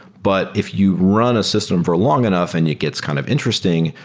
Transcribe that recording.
but if you run a system for long enough and it gets kind of interesting,